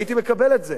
הייתי מקבל את זה.